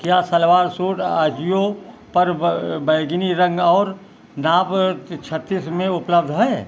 क्या सलवार सूट अजियो पर बैंगनी रंग और नाप क छत्तीस में उपलब्ध है